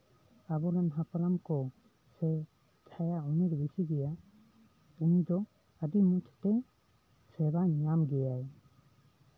ᱟᱵᱚᱨᱮᱱ ᱦᱟᱯᱲᱟᱢ ᱠᱚ ᱥᱮ ᱡᱟᱦᱟᱭ ᱩᱱᱤᱭ ᱨᱤᱥᱤᱵᱷᱮᱭᱟ ᱩᱱᱤ ᱫᱚ ᱟᱹᱰᱤ ᱢᱤᱫᱴᱤᱱ ᱥᱮᱵᱟᱭ ᱧᱟᱢ ᱜᱮᱭᱟᱭ